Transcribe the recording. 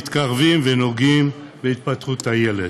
שמתקרבים ונוגעים בהתפתחות הילד.